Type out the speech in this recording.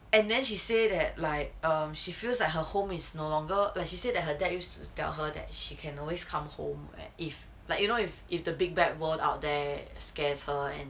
and then she say that like um she feels like her home is no longer when she said that her dad used to tell her that she can always come home if like you know if if the big bad world out there scares her and